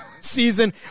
season